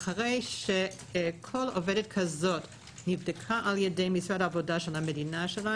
אחרי שכל עובדת כזו נבדקה על ידי משרד העבודה של המדינה שלה,